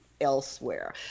elsewhere